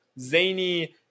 zany